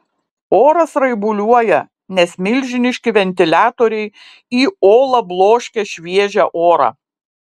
oras raibuliuoja nes milžiniški ventiliatoriai į olą bloškia šviežią orą